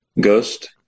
ghost